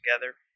together